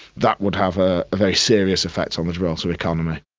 that would have a very serious effect on the gibraltar economy.